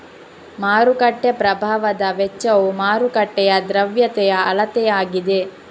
ಮಾರುಕಟ್ಟೆ ಪ್ರಭಾವದ ವೆಚ್ಚವು ಮಾರುಕಟ್ಟೆಯ ದ್ರವ್ಯತೆಯ ಅಳತೆಯಾಗಿದೆ